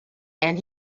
and